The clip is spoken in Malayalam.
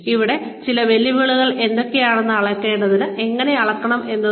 ഇവിടെ ചില വെല്ലുവിളികൾ എന്തൊക്കെയാണ് അളക്കേണ്ടത് എങ്ങനെ അളക്കണം എന്നതാണ്